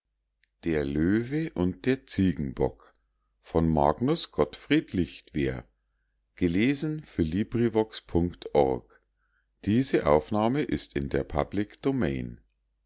magnus gottfried lichtwer